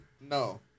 No